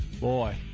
boy